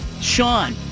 Sean